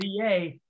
VA